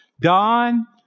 Don